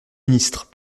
ministre